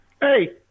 Hey